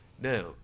Now